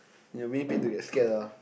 you're being paid to get scared ah